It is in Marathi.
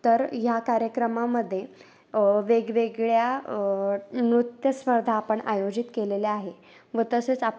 तर ह्या कार्यक्रमामध्ये वेगवेगळ्या नृत्यस्पर्धा आपण आयोजित केलेल्या आहे व तसेच आपण